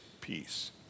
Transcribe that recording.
peace